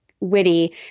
witty